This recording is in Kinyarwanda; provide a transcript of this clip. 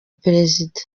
perezida